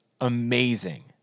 amazing